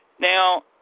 Now